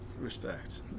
Respect